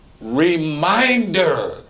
Reminder